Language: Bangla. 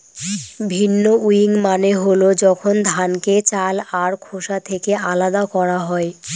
ভিন্নউইং মানে হল যখন ধানকে চাল আর খোসা থেকে আলাদা করা হয়